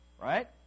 Right